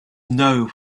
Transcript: know